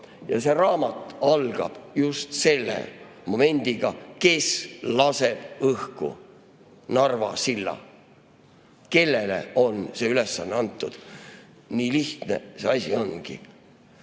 Ja see raamat algab just selle momendiga: kes laseb õhku Narva silla, kellele on see ülesanne antud? Nii lihtne see asi ongi.